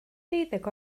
deuddeg